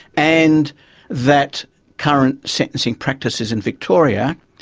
and that current sentencing practices in victoria,